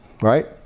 right